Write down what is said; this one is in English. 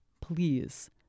please